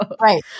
Right